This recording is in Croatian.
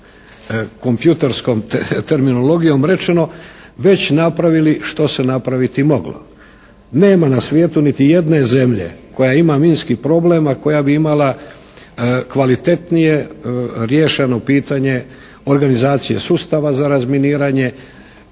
kompjutorskom terminologijom rečeno već napravili što se napraviti moglo. Nema na svijetu niti jedne zemlje koja nema minski problem, a koja bi imala kvalitetnije rješeno pitanje organizacije sustava za razminiranje.